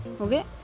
Okay